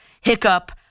hiccup